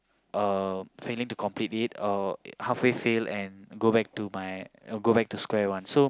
uh failing to complete it or halfway fail and go back to my go back to square one so